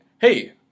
hey